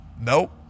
Nope